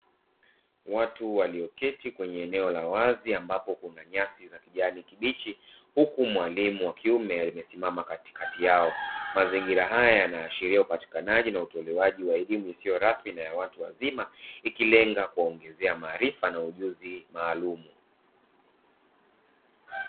Watu walioketi kwenye eneo la wazi ambapo kuna nyasi za kijani kibichi, huku mwalimu wa kiume amesimama katikati yao. Mazingira haya yanaashiria upatikanaji na utolewaji wa elimu isiyo rasmi na ya watu wazima, ikilenga kuongezea maarifa na ujuzi maalumu.